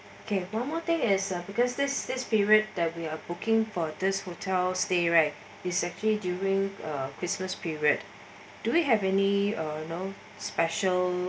okay one more thing is uh because this this period that we are booking for this hotel stay right is actually during uh christmas period do we have any uh you know special